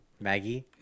Maggie